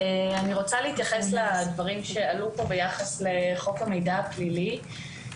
אני רוצה להתייחס לדברים שעלו פה ביחס לחוק המידע הפלילי.